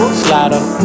slider